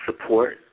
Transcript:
support